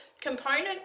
component